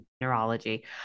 neurology